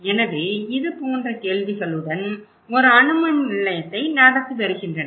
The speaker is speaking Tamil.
எனவே இது போன்ற கேள்விகளுடன் ஒரு அணு மின் நிலையத்தை நடத்தி வருகின்றனர்